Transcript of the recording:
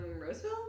Roseville